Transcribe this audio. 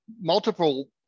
multiple